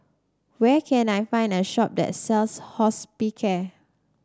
where can I find a shop that sells Hospicare